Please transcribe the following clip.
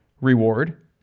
reward